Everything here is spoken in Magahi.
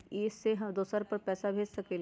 इ सेऐ हम दुसर पर पैसा भेज सकील?